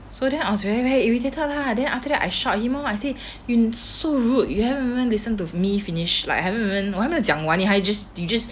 so then I was very very irritated lah then after that I shout at him loh you so rude haven't even listen to me finish like haven't even 我还没有讲完你 just 你 just